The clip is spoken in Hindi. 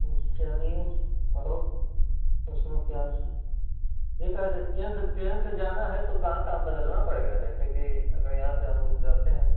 चलिए तो उसमें बहुत क्या यह कह रहे थे कि ट्रेन से जाना है तो कहाँ कहाँ बदलना पड़ेगा जैसे कि अगर यहाँ से हम लोग जाते हैं